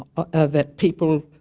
ah ah that people,